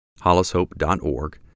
hollishope.org